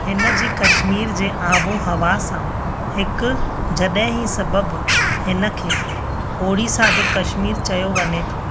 हिन जी कश्मीर जे आबो हवा सां हिकु जॾहिं सबबि हिन खे ओड़िसा जो कश्मीर चयो वञे थो